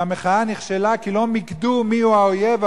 שהמחאה נכשלה כי לא מיקדו מיהו האויב,